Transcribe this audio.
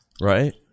Right